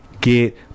get